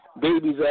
babies